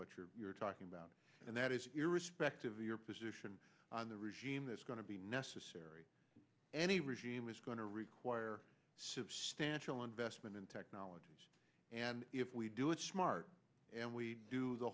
what you're talking about and that is irrespective of your position on the regime that's going to be necessary any regime is going to require substantial investment in technology and if we do it smart and we do the